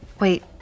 Wait